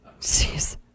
Jeez